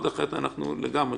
את מכפיפה